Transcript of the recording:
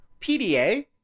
PDA